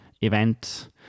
event